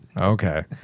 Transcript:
okay